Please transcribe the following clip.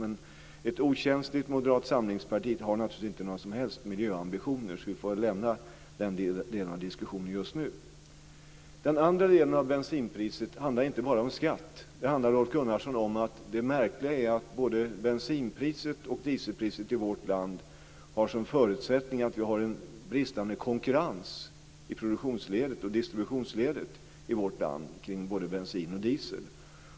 Men ett okänsligt moderat samlingsparti har naturligtvis inte några som helst miljöambitioner, så vi får väl lämna den delen av diskussionen just nu. Den andra delen av bensinpriset handlar inte bara om skatt. Det handlar, Rolf Gunnarsson, om det märkliga i att både bensinpriset och dieselpriset i vårt land har sin grund i att vi har en bristande konkurrens i produktionsledet och i distributionsledet när det gäller både bensin och diesel.